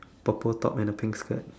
purple top and a pink skirt